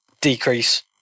decrease